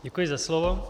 Děkuji za slovo.